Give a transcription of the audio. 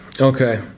Okay